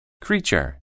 Creature